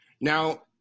Now